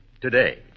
today